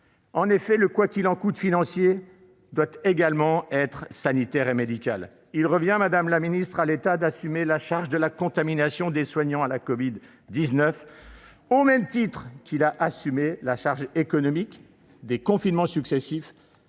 Le « quoi qu'il en coûte » financier doit également être sanitaire et médical : il revient à l'État d'assumer la charge de la contamination des soignants à la covid-19, au même titre qu'il a assumé la charge économique des confinements successifs